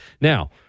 Now